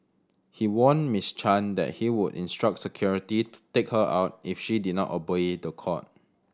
he warned Miss Chan that he would instruct security to take her out if she did not obey the court